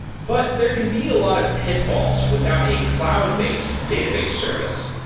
but there can be a lot of pitfalls without a cloud-based database service.